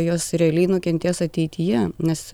jos realiai nukentės ateityje nes